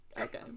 okay